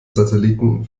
satelliten